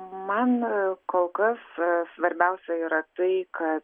man kol kas svarbiausia yra tai kad